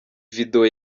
video